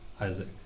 Isaac